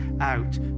out